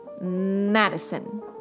Madison